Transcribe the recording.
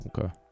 Okay